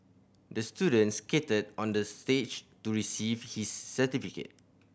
the student skated onto stage to receive his certificate